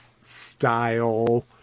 style